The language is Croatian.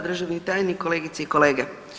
Državni tajnik, kolegice i kolege.